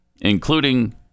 including